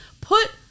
put